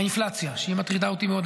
האינפלציה שמטרידה אותי מאוד,